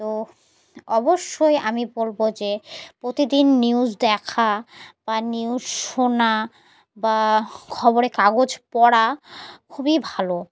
তো অবশ্যই আমি বলবো যে প্রতিদিন নিউজ দেখা বা নিউজ শোনা বা খবরে কাগজ পড়া খুবই ভালো